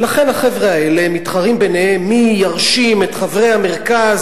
ולכן החבר'ה האלה מתחרים ביניהם מי ירשים את חברי המרכז